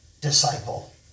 disciple